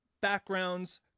backgrounds